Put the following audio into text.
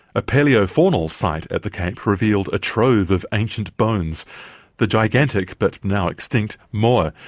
a paleofaunal site at the cape revealed a trove of ancient bones the gigantic but now extinct moa,